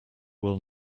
will